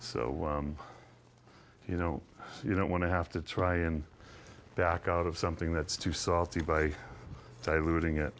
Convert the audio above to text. so you know you don't want to have to try and back out of something that's too salty by diluting it